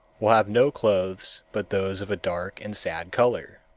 will have no clothes but those of a dark and sad color,